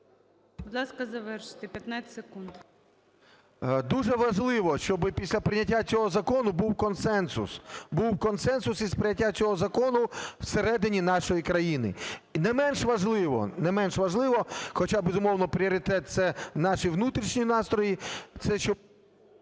Будь ласка, завершуйте, 15 секунд. ШУФРИЧ Н.І. Дуже важливо, щоби після прийняття цього закону був консенсус, був консенсус із прийняттям цього закону в середині нашої країни, не менш важливо, не менш важливо, хоча, безумовно, пріоритет – це наші внутрішні настрої,